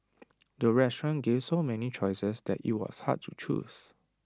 the restaurant gave so many choices that IT was hard to choose